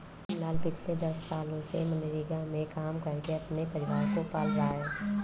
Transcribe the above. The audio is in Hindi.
रामलाल पिछले दस सालों से मनरेगा में काम करके अपने परिवार को पाल रहा है